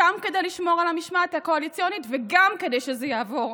גם כדי לשמור על המשמעת הקואליציונית וגם כדי שזה יעבור.